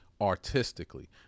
artistically